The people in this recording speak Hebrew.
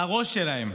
על הראש שלהם,